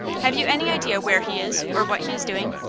have you any idea where he is, or what he is doing?